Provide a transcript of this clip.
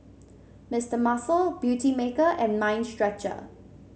Mister Muscle Beautymaker and Mind Stretcher